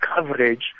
coverage